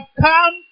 come